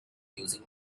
using